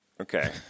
Okay